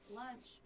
lunch